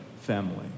family